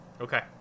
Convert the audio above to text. Okay